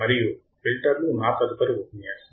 మరియు ఫిల్టర్లు నా తదుపరి ఉపన్యాసం